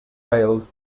whales